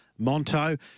Monto